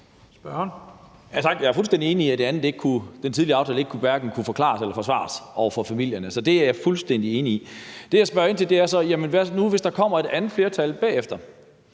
Jeg er fuldstændig enig i, at den tidligere aftale hverken kunne forklares eller forsvares over for familierne. Det er jeg fuldstændig enig i. Det, jeg spørger ind til, er